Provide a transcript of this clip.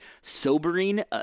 sobering